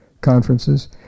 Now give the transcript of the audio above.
Conferences